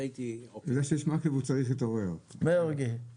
שתיהן כוללות מספר רב של חשודים ומספר גדול של נחקרים מחברות שונות.